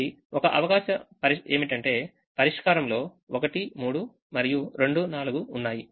కాబట్టి ఒక అవకాశం ఏమిటంటేపరిష్కారంలో 1 3 మరియు 2 4 ఉన్నాయి